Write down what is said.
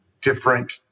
different